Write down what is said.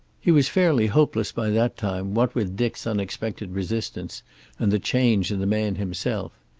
he was fairly hopeless by that time, what with dick's unexpected resistance and the change in the man himself.